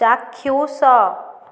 ଚାକ୍ଷୁଷ